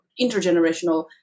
intergenerational